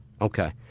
Okay